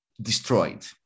destroyed